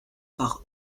par